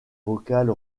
vocale